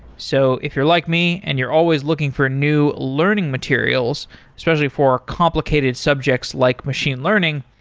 so if you're like me and you're always looking for new learning materials, especially for complicated subjects like machine learning,